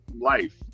life